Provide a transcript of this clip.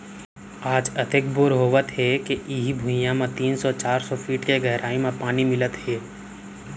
आज अतेक बोर होवत हे के इहीं भुइयां म तीन सौ चार सौ फीट के गहरई म पानी मिलत हे